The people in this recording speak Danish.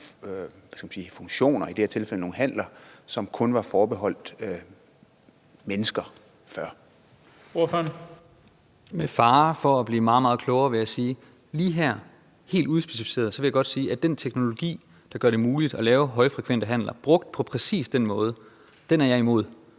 fg. formand (Bent Bøgsted): Ordføreren. Kl. 19:16 René Gade (ALT): Med fare for at blive meget, meget klogere vil jeg sige, at lige her helt udspecificeret vil jeg godt sige, at den teknologi, der gør det muligt at lave højfrekvente handler brugt på præcis den måde, er jeg imod.